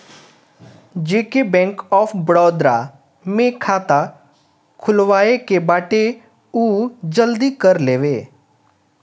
जेके bank of Baroda में खाता खुलवाए के बाटे उ जल्दी कर लेवे